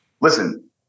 listen